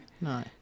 No